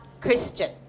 Christian